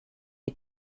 est